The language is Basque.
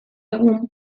egun